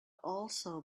also